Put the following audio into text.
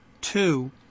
two